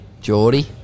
Geordie